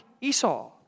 Esau